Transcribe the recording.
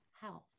health